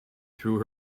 through